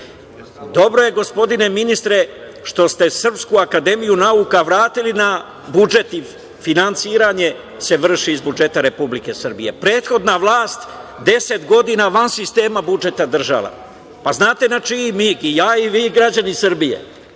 je, gospodine ministre, što ste Srpsku akademiju nauka vratili na budžet i finansiranje se vrši iz budžeta Republike Srbije. Prethodna vlast 10 godina van sistema budžeta držala. Znate na čiji mig, i ja i vi i građani Srbije.